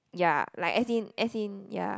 ya like as in as in ya